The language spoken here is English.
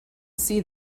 see